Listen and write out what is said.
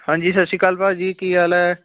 ਹਾਂਜੀ ਸਤਿ ਸ਼੍ਰੀ ਅਕਾਲ ਭਾਅ ਜੀ ਕੀ ਹਾਲ ਹੈ